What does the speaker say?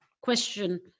question